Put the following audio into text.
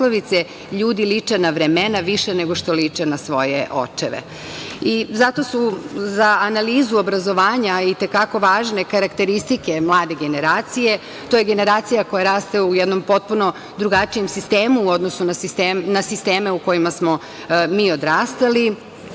ljudi liče na vremena više nego što liče na svoje očeve. Zato su za analizu obrazovanja i te kako važne karakteristike mlade generacije, jer je to generacija koja raste u jednom potpuno drugačijem sistemu u odnosu na sisteme u kojima smo mi odrastali. Savremena